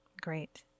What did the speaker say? Great